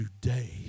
today